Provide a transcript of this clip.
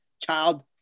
child